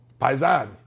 paisan